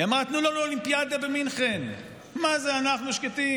היא אמרה: תנו לנו אולימפיאדה במינכן מה זה אנחנו שקטים,